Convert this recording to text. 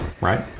right